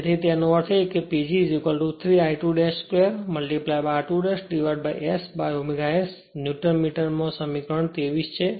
તેથી તેનો અર્થ એ કે PG 3 I2 2 r2 S by ω S newton મીટરમાં આ સમીકરણ 23 છે